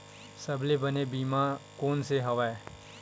सबले बने बीमा कोन से हवय?